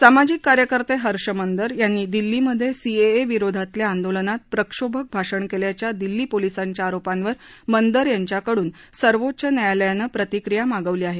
सामाजिक कार्यकर्ते हर्ष मंदर यांनी दिल्लीमध्ये सीएए विरोधातल्या आंदोलनात प्रक्षोभक भाषण केल्याच्या दिल्ली पोलिसांच्या आरोपांवर मंदर यांच्याकडून सर्वोच्च न्यायालयानं प्रतिक्रिया मागवली आहे